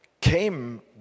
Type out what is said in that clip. came